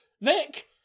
Vic